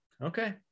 okay